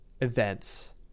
events